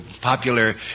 popular